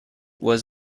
was